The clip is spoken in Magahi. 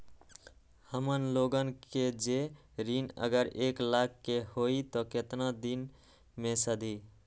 हमन लोगन के जे ऋन अगर एक लाख के होई त केतना दिन मे सधी?